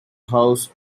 house